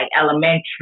elementary